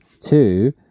Two